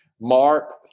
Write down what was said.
Mark